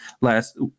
last